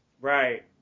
Right